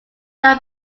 our